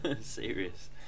Serious